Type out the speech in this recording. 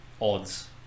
odds